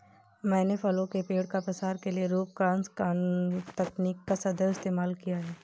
मैंने फलों के पेड़ का प्रसार के लिए रूट क्रॉस तकनीक का सदैव इस्तेमाल किया है